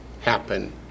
happen